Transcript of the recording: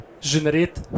generate